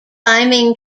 climbing